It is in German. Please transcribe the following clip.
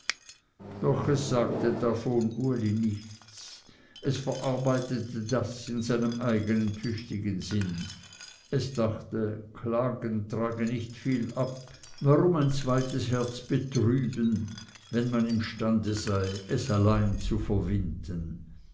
doch sagte es davon uli nichts es verarbeitete das in seinem eigenen tüchtigen sinn es dachte klagen trage nicht viel ab warum ein zweites herz betrüben wenn man imstande sei es alleine zu verwinden